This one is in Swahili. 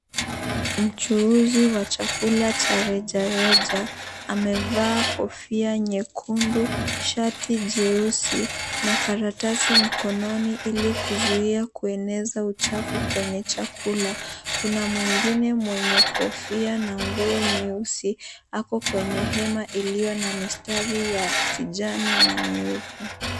Mchuuzi wa chakula cha rejareja amevaa kofia nyekundu, shati jeusi na karatasi mkononi ili kuzuia kueneza uchafu kwenye chakula. Kuna mwingine mwenye kofia na nguo nyeusi ako kwenye hema iliyo na mistari ya kijani na nyeupe.